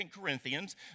Corinthians